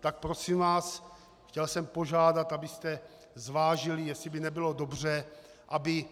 Tak prosím vás, chtěl jsem požádat, abyste zvážili, jestli by nebylo dobře, aby